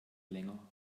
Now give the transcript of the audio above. länger